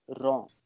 wrong